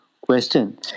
question